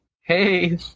Hey